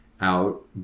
out